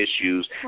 issues